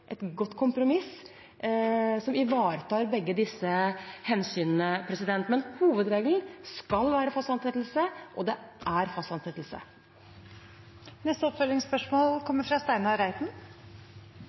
et godt kompromiss som ivaretar begge disse hensynene. Men hovedregelen skal være fast ansettelse, og det er fast ansettelse. Steinar Reiten – til oppfølgingsspørsmål.